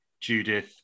Judith